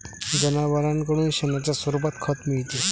जनावरांकडून शेणाच्या स्वरूपात खत मिळते